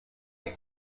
can